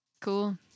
Cool